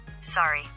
sorry